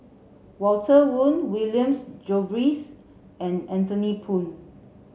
Walter Woon Williams Jervois and Anthony Poon